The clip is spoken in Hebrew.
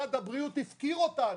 משרד הבריאות הפקיר אותנו.